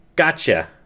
Gotcha